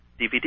DVD